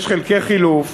יש חלקי חילוף